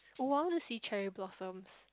oh I want to see cherry blossoms